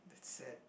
that's sad